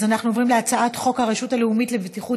אנחנו עוברים להצעת החוק הרשות הלאומית לבטיחות